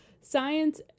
science